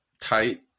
tight